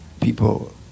people